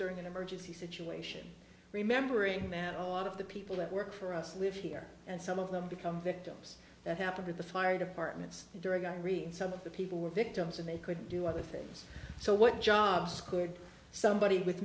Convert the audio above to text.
during an emergency situation remembering that a lot of the people that work for us live here and some of them become victims that happened with the fire departments during i read some of the people were victims and they could do other things so what jobs could somebody with